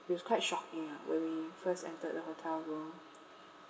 it was quite shocking lah when we first entered the hotel room